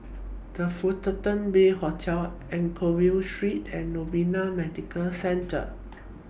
The Fullerton Bay Hotel Anchorvale Street and Novena Medical Centre